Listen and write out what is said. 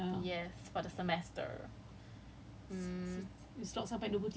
it was my first it was my first A yes for the semester